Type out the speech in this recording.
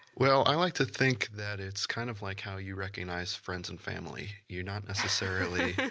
well i like to think that it's kind of like how you recognize friends and family. you're not necessarily,